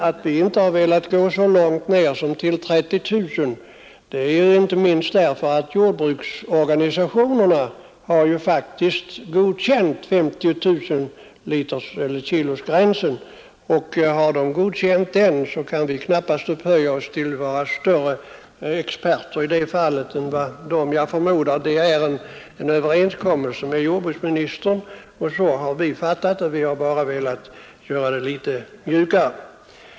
Att vi inte velat gå så långt ner som till 30 000 kg beror inte minst på att jordbruksorganisationerna faktiskt godkänt 50 000-kilosgränsen, och har de godkänt den kan vi knappast upphöja oss till att vara större experter än de. Jag förmodar att det träffats en överenskommelse med jordbruksministern. Så har vi fattat det.